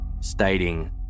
stating